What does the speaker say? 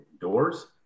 doors